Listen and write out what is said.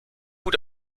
gut